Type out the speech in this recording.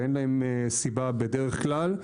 ואין להם סיבה בדרך כלל.